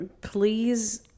please